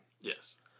Yes